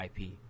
IP